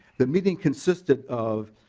the meeting consisted of